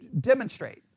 demonstrate